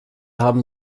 haben